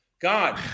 God